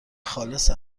خالص